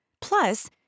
Plus